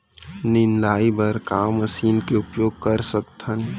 निंदाई बर का मशीन के उपयोग कर सकथन?